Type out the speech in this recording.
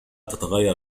تتغير